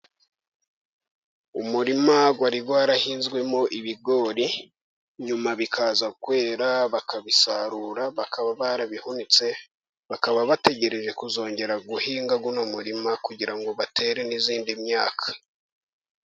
Umurima wari warahinzwemo ibigori nyuma bikaza kwera bakabisarura, bakaba barabihunitse bakaba bategereje kuzongera guhinga uyu muririma, kugira ngo batere n'indi myaka.